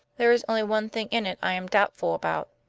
there is only one thing in it i am doubtful about.